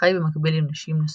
חי במקביל עם נשים נוספות